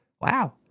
Wow